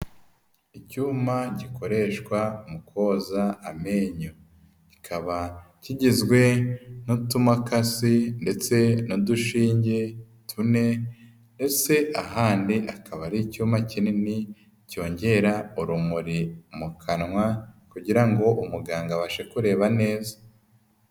Icyuma gikoreshwa mu koza amenyo kikaba kigizwe n'utumakasi ndetse n'udushinge tune ndetse ahandi akaba ari icyuma kinini cyongera urumuri mu kanwa kugira ngo umuganga abashe kureba neza.